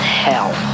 hell